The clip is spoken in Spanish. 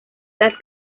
las